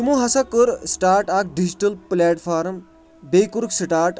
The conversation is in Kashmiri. تِمو ہسا کوٚر سٹاٹ اکھ ڈِجٹل پلیٹفارم بیٚیہِ کوٚرُکھ سٹاٹ